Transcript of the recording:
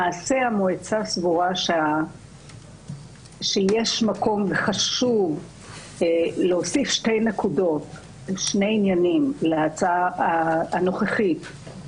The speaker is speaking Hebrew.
המועצה סבורה שיש מקום וחשוב להוסיף שני עניינים להצעה הנוכחית,